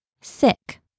Sick